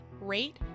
rate